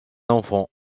enfant